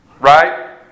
right